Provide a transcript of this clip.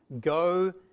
Go